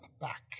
back